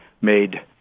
made